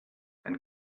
and